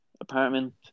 apartment